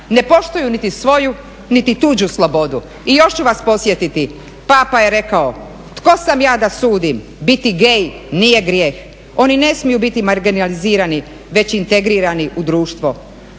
ne poštuju niti svoju niti tuđu slobodu. I još ću vas podsjetiti, Papa je rekao "Tko sam ja da sudim, biti gay nije grijeh. Oni ne smiju biti marginalizirani već integrirani u društvo.